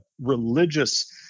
religious